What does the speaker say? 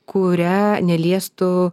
kurią neliestų